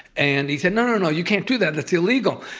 and he said, no, no, no. you can't do that. that's illegal.